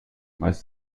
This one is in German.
meist